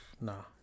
No